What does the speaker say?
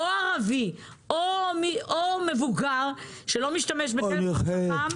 ערבי או מבוגר -- או נכה.